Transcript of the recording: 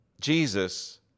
Jesus